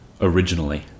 originally